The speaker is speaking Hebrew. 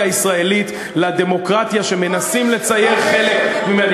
הישראלית לדמוקרטיה שמנסים לצייר חלק מהמנהיגים.